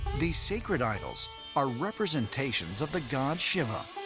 these sacred idols are representations of the god shiva,